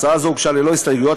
הצעה זו הוגשה ללא הסתייגויות.